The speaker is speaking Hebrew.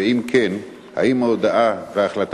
2. אם כן, האם יבוטלו ההודעה וההחלטה?